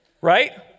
Right